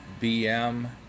BM